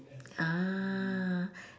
ah